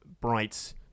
bright